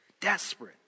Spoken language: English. Desperate